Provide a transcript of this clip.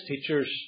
teachers